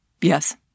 Yes